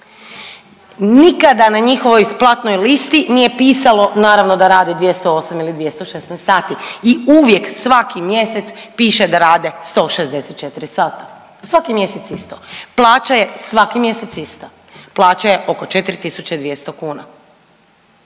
Nikada na njihovoj platnoj listi nije pisalo naravno da rade 208 ili 216 sati i uvijek svaki mjesec piše da rade 164 sata. Svaki mjesec isto. Plaća je svaki mjesec ista. Plaća je oko 4.200 kuna.